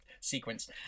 sequence